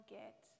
get